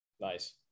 Nice